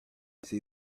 see